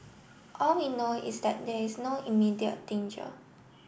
all we know is that there is no immediate danger